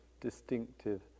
distinctive